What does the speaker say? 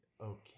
Okay